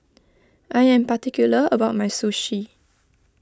I am particular about my Sushi